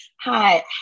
Hi